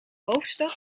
hoofdstad